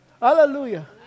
Hallelujah